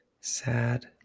Sad